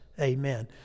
Amen